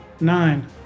nine